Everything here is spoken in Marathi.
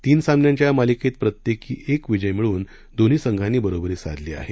तीन सामन्यांच्या या मालिकेत प्रत्येकी एक विजय मिळवून दोन्ही संघांनी बरोबरी साधली आहे